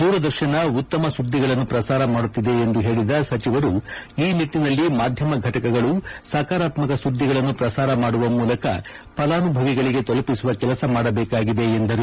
ದೂರದರ್ಶನ ಉತ್ತಮ ಸುದ್ದಿಗಳನ್ನು ಪ್ರಸಾರ ಮಾಡುತ್ತಿದೆ ಎಂದು ಹೇಳಿದ ಸಚಿವರು ಈ ನಿಟ್ಟಿನಲ್ಲಿ ಮಾಧ್ಯಮ ಫಟಕಗಳು ಸಕಾರಾತ್ಮಕ ಸುದ್ದಿಗಳನ್ನು ಪ್ರಸಾರ ಮಾಡುವ ಮೂಲಕ ಫಲಾನುಭವಿಗಳಿಗೆ ತಲುಪಿಸುವ ಕೆಲಸ ಮಾಡಬೇಕಾಗಿದೆ ಎಂದರು